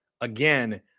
Again